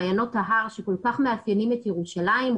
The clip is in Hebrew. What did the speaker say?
מעיינות ההר שכל כך מאפיינים את ירושלים.